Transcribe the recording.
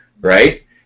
right